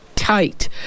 Tight